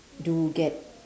do get